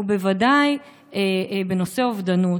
בוודאי בנושא אובדנות.